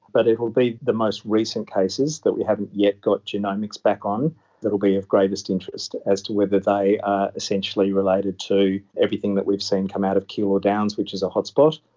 but it will be the most recent cases that we haven't yet got genomics back on that will be of greatest interest as to whether they are essentially related to everything that we've seen come out of keilor downs, which is a hotspot,